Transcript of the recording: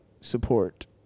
support